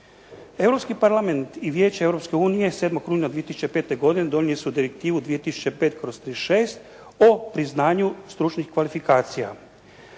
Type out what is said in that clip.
Europski parlament i Vijeće Europske unije 7. rujna 2005. godine donijeli su direktivu 2005/36 o priznanju stručnih kvalifikacija.